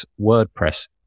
WordPress